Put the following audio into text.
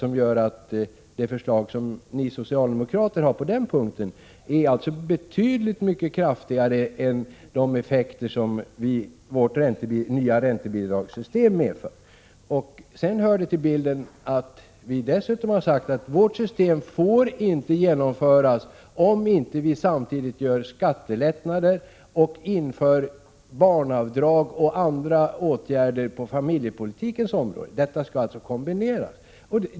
Socialdemokraternas förslag på den punkten har alltså betydligt mycket kraftigare effekter än vårt förslag till nytt räntebidragssystem. Det hör också till bilden att vi dessutom har förklarat att vårt system inte får genomföras, om inte samtidigt skattelättnader och barnavdrag införs och andra åtgärder på familjepolitikens område vidtas. Alla dessa åtgärder skall kombineras.